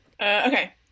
Okay